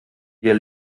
wir